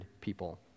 people